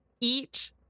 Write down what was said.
eat